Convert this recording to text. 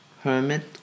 hermit